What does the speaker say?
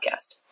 podcast